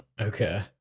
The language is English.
Okay